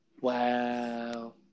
Wow